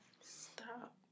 Stop